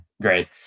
great